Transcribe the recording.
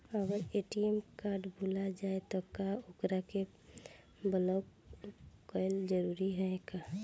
अगर ATM card भूला जाए त का ओकरा के बलौक कैल जरूरी है का?